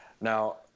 Now